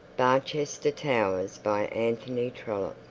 barchester towers by anthony trollope